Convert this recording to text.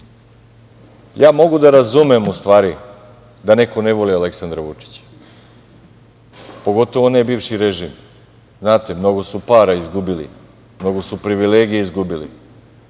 ja mogu da razumem da neko ne voli Aleksandra Vučića, pogotovo ne bivši režim, mnogo su para izgubili, mnogo su privilegija izgubili,